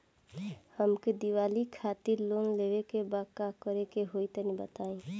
हमके दीवाली खातिर लोन लेवे के बा का करे के होई तनि बताई?